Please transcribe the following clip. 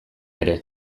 ere